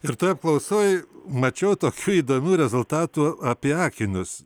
ir toj apklausoj mačiau tokių įdomių rezultatų apie akinius